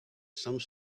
some